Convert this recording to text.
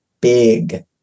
big